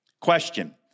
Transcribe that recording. Question